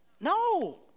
No